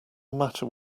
matter